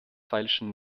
feilschen